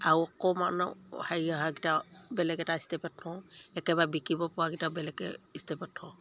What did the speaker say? আৰু অকণমান হেৰি অহাকেইটা বেলেগ এটা ষ্টেপত থওঁ একেবাৰে বিকিব পৰাকেইটা বেলেগকৈ ষ্টেপত থওঁ